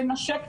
לנשק.